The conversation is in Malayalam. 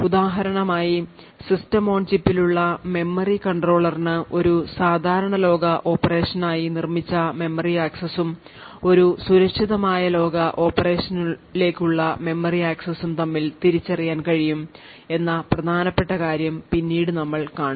ഉദാഹരണമായി system on chip ലുള്ള മെമ്മറി കൺട്രോളറിന് ഒരു സാധാരണ ലോക ഓപ്പറേഷനായി നിർമ്മിച്ച മെമ്മറി ആക്സസും ഒരു സുരക്ഷിതമായ ലോക ഓപ്പറേഷനിലേക്കുള്ള മെമ്മറി ആക്സസും തമ്മിൽ വേർതിരിച്ചറിയാൻ കഴിയും എന്ന പ്രധാനപ്പെട്ട കാര്യം പിന്നീട് നമ്മൾ കാണും